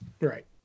Right